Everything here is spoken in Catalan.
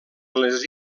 les